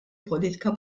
politika